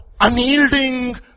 unyielding